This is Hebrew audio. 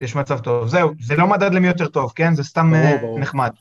יש מצב טוב זהו זה לא מדד למי יותר טוב כן זה סתם נחמד.